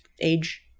age